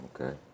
Okay